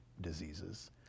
diseases